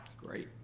great.